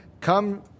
Come